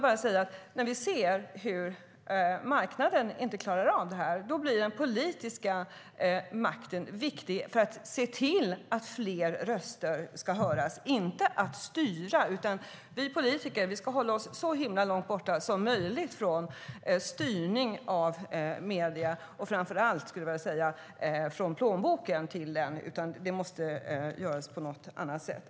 När vi då ser att marknaden inte klarar av det här blir den politiska makten viktig för att se till att fler röster ska höras. Vi politiker ska inte styra, utan vi ska hålla oss så långt borta som möjligt från styrning av medierna och framför allt från plånboken. Det måste göras på något annat sätt.